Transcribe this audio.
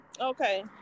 okay